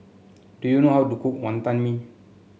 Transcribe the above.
do you know how to cook Wonton Mee